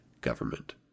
government